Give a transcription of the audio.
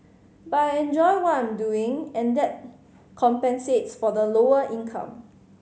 but I enjoy what I'm doing and that compensates for the lower income